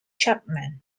chapman